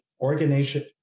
organization